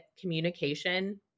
communication